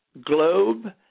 Globe